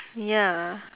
ya